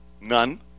none